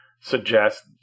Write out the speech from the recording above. suggest